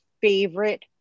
favorite